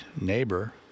neighbor